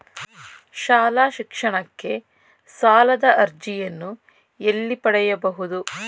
ಶಾಲಾ ಶಿಕ್ಷಣಕ್ಕೆ ಸಾಲದ ಅರ್ಜಿಯನ್ನು ಎಲ್ಲಿ ಪಡೆಯಬಹುದು?